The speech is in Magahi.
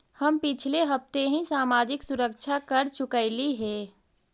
हम पिछले हफ्ते ही सामाजिक सुरक्षा कर चुकइली हे